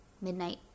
Midnight